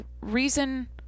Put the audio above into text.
reason